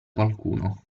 qualcuno